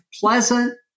pleasant